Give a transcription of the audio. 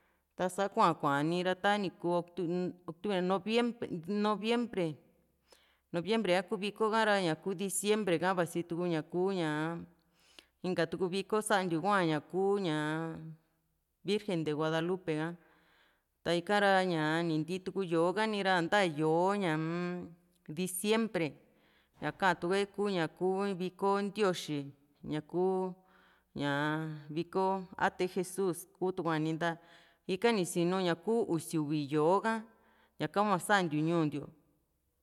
ta´sa kuu ha kuaaña nira ta niku octu noviembre noviembre noviembre ha kuu vko ha´ra ñaku diciembre ha vasi tuku ñaku ñaa inka tuu viko santiu hua ña kuu ña virgen de Guadalupe ha ra ta ikara ña ni ntiitu yó´o kani ra san´ta yó´o ñaa-m diciembre katuue kuña kuu viko ntioxi ñaku ña viko atae jesus kutukua ninta ika ni sinu ñaku usi uvi yó´o ka ñaka hua santiu ñuu ntiu